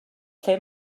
lle